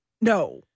No